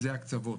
זה ההקצבות,